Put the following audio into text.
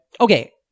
okay